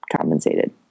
compensated